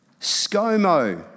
ScoMo